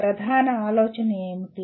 ప్రధాన ఆలోచన ఏమిటి